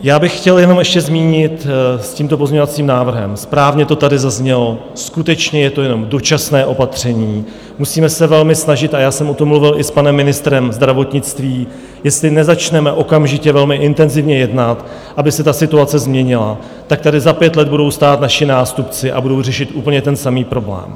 Já bych chtěl jenom ještě zmínit s tímto pozměňovacím návrhem, správně to tady zaznělo, skutečně je to jenom dočasné opatření, musíme se velmi snažit, a já jsem o tom mluvil i s panem ministrem zdravotnictví jestli nezačneme okamžitě velmi intenzivně jednat, aby se ta situace změnila, tak tady za pět let budou stát naši nástupci a budou řešit úplně ten samý problém.